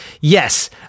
Yes